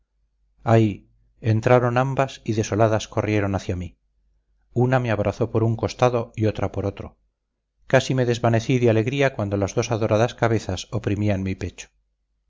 ay entraron ambas y desoladas corrieron hacia mí una me abrazó por un costado y otra por otro casi me desvanecí de alegría cuando las dos adoradas cabezas oprimían mi pecho